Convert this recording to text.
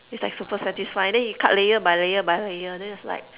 it's like super satisfying then you cut layer by layer by layer then it's like